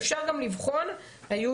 אפשר גם לבחון את זה,